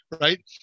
right